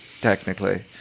technically